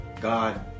God